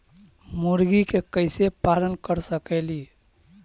मुर्गि के कैसे पालन कर सकेली?